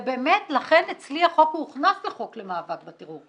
לכן אצלי החוק הוכנס לחוק למאבק בטרור,